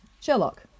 Sherlock